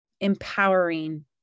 empowering